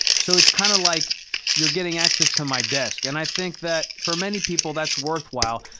so, it's kind of like you're getting access to my desk. and i think that for many people that's worthwhile.